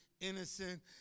innocent